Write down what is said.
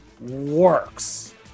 works